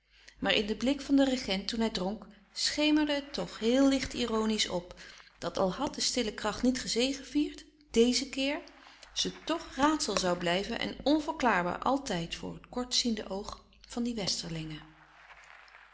maar in den blik van den regent toen hij dronk schemerde het toch heel licht ironisch op dat al had de stille kracht niet gezegevierd dezen keer ze toch raadsel zoû blijven en onverklaarbaar altijd voor het kortziende oog van die westerlingen